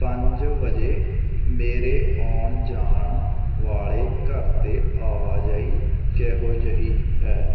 ਪੰਜ ਵਜੇ ਮੇਰੇ ਆਉਣ ਜਾਣ ਵਾਲੇ ਘਰ ਦੇ ਆਵਾਜਾਈ ਕਿਹੋ ਜਿਹੀ ਹੈ